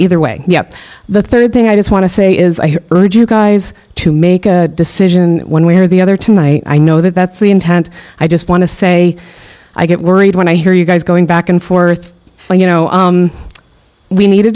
either way yeah the third thing i just want to say is i urge you guys to make a decision one way or the other to my no that that's the intent i just want to say i get worried when i hear you guys going back and forth you know we need a